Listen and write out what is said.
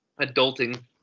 adulting